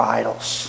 idols